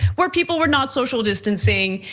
where people were not social distancing.